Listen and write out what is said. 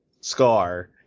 scar